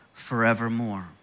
forevermore